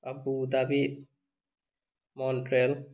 Abu Dhabi Montreal